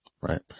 right